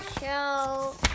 show